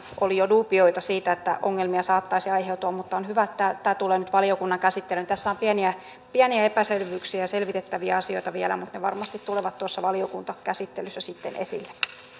oli jo duubioita siitä että ongelmia saattaisi aiheutua mutta on hyvä että tämä tulee nyt valiokunnan käsittelyyn tässä on pieniä pieniä epäselvyyksiä ja selvitettäviä asioita vielä mutta ne varmasti tulevat tuossa valiokuntakäsittelyssä sitten esille